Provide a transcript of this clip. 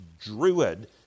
druid